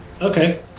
Okay